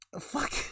fuck